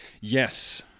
yes